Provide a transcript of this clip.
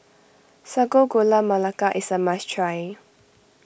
Sago Gula Melaka is a must try